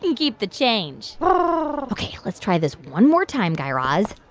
keep the change um ah but ok, let's try this one more time, guy raz.